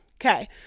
okay